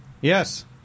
Yes